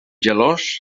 gelós